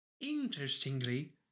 Interestingly